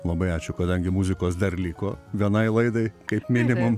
labai ačiū kadangi muzikos dar liko vienai laidai kaip minimum